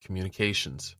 communications